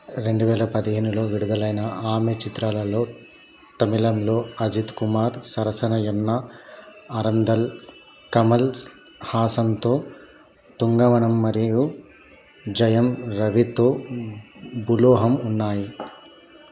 రెండు వేల పదిహేనులో విడుదలైన ఆమె చిత్రాలలో తమిళంలో అజిత్ కుమార్ సరసన యెన్నై అరిందాల్ కమల్స్ హాసన్తో తుంగవనం మరియు జయం రవితో భులోహం ఉన్నాయి